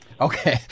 Okay